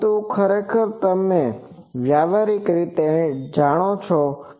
પરંતુ ખરેખર તમે તે વ્યવહારીક એન્ટેના ને જાણો છો